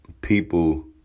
people